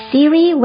Siri